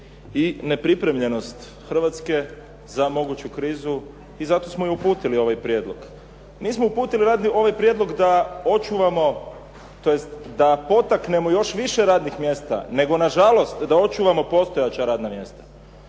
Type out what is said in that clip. i nepripremljenost Hrvatske za moguću krizu i zato smo i uputili ovaj prijedlog. Nismo uputili Vladi ovaj prijedlog da očuvamo, tj. da potaknemo još više radnih mjesta, nego nažalost da očuvamo postojeća radna mjesta.